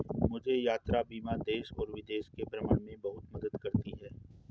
मुझे यात्रा बीमा देश और विदेश के भ्रमण में बहुत मदद करती है